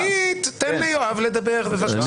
עמית, תן ליואב לדבר בבקשה.